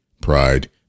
pride